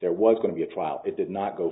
there was going to be a trial it did not go